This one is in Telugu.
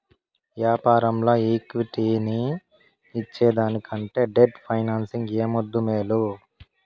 యాపారంల ఈక్విటీని ఇచ్చేదానికంటే డెట్ ఫైనాన్సింగ్ ఏ ముద్దూ, మేలు